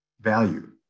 value